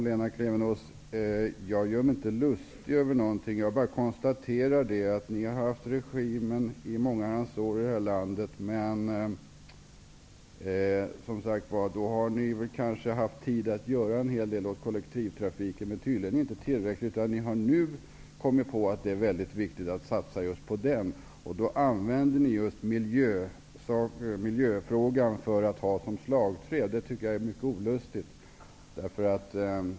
Herr talman! Jag gör mig inte lustig över någonting, Lena Klevenås. Jag konstaterar att ni har haft regeringsmakten i det här landet i många herrans år. Då har ni kanske haft tid att göra en hel del åt kollektivtrafiken. Men det är tydligen inte tillräckligt. Nu har ni kommit på att det är mycket viktigt att satsa på just kollektivtrafik. Ni använder er av miljöfrågan som ett slagträ. Jag tycker att det är mycket olustigt.